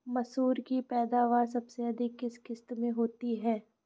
मसूर की पैदावार सबसे अधिक किस किश्त में होती है?